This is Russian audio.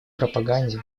пропаганде